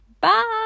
bye